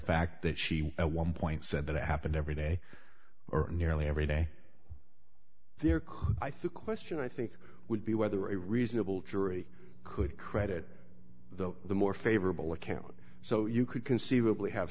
fact that she at one point said that it happened every day or nearly every day there could i think question i think would be whether a reasonable jury could credit though the more favorable account so you could conceivably have